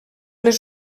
les